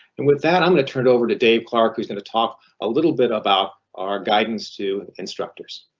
and with that, i'm gonna turn it over to dave clark, who's gonna talk a little bit about our guidance to instructors.